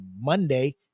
Monday